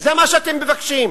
זה מה שאתם מבקשים.